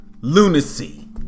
lunacy